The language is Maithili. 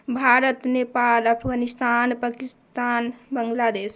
भारत नेपाल अफगानिस्तान पाकिस्तान बांग्लादेश